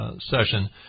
session